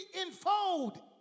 enfold